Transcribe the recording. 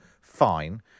fine